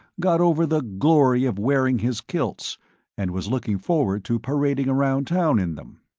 got over the glory of wearing his kilts and was looking forward to parading around town in them.